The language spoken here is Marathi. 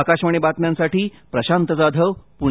आकाशवाणी बातम्यांसाठी प्रशांत जाधव पूणे